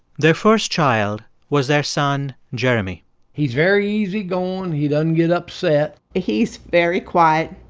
their first child was their son jeremy he's very easygoing. he doesn't get upset he's very quiet.